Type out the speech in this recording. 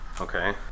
Okay